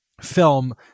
film